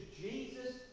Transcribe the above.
Jesus